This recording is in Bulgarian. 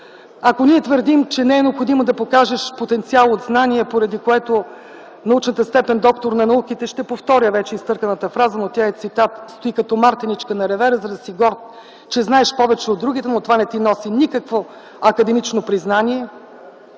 ако твърдим, че не е необходимо да покажеш потенциал от знания, поради което научната степен „доктор на науките”, ще повторя вече изтърканата фраза, но тя е цитат: „стои като мартеничка на ревера ти”, за да си горд, че знаеш повече от другите, но това не ти носи никакво академично признание.